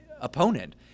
opponent